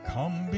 Come